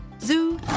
zoo